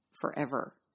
forever